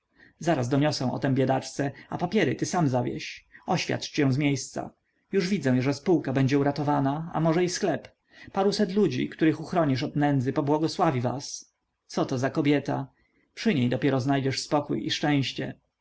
zaraz doniosę o tem biedaczce a papiery ty sam zawieź i oświadcz się z miejsca już widzę że spółka będzie uratowana a może i sklep paruset ludzi których uchronisz od nędzy pobłogosławi was coto za kobieta przy niej dopiero znajdziesz spokój i szczęście